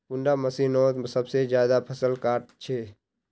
कुंडा मशीनोत सबसे ज्यादा फसल काट छै?